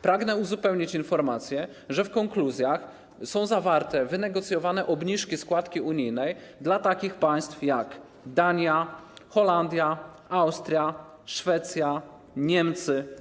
Pragnę uzupełnić informację, że w konkluzjach są zawarte wynegocjowane obniżki składki unijnej dla takich państw jak Dania, Holandia, Austria, Szwecja, Niemcy.